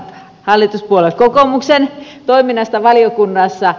hallituspuolue kokoomuksen toiminnasta valiokunnassa